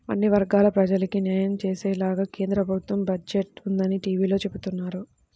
అన్ని వర్గాల ప్రజలకీ న్యాయం చేసేలాగానే కేంద్ర ప్రభుత్వ బడ్జెట్ ఉందని టీవీలో చెబుతున్నారు